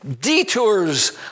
Detours